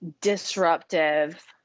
disruptive